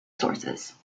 sources